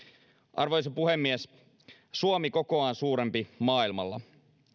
arvoisa puhemies suomi kokoaan suurempi maailmalla